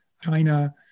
China